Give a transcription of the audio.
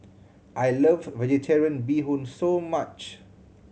I love Vegetarian Bee Hoon so much